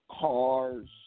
Cars